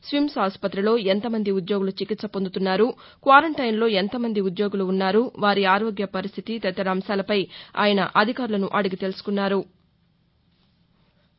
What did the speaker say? స్విమ్ప్ ఆసుపత్రిలో ఎంత మంది ఉద్యోగులు చికిత్స పొందుతున్నారు క్వారంటైన్లో ఎంతమంది ఉద్యోగులు ఉన్నారు వారి ఆరోగ్య పరిస్థితి తదితర అంశాలపై ఆయన అధికారులను అడిగి తెలుసుకున్నారు